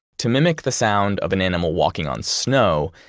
to mimic the sound of an animal walking on snow,